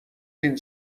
این